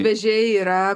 vežėjai yra